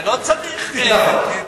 אתה לא צריך, לכן,